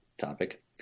topic